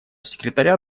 секретаря